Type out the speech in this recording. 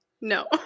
No